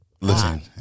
Listen